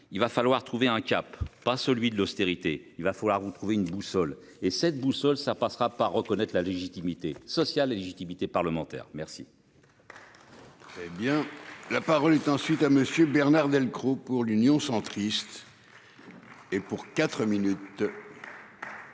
il va falloir trouver un cap, pas celui de l'austérité. Il va falloir vous trouver une boussole et cette boussole ça passera pas reconnaître la légitimité sociale légitimité parlementaire merci. Très bien. La parole est ensuite à Monsieur Bernard Delcros pour l'Union centriste. Et pour quatre minutes.